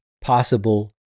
possible